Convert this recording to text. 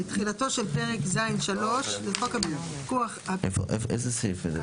תחילתו של פרק ז'3 לחוק הפיקוח על הביטוח, כנוסחו